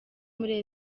muri